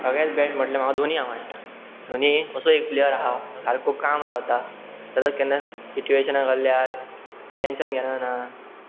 सगळेच बॅस्ट म्हटल्यार हाका धोनी आवडटा धोनी असो एक प्लेयर आहा सारको काम रावता सदाच केन्ना सिचुएशन कसल्यात टेंन्शन घेनाना